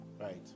Right